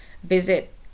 visit